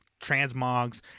transmogs